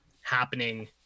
happening